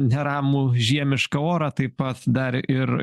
neramų žiemišką orą taip pat dar ir